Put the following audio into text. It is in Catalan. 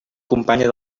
companya